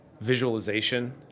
Visualization